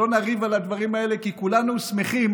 לא נריב על הדברים האלה, כי כולנו שמחים